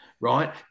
right